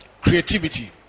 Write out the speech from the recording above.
Creativity